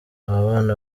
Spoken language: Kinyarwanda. ababana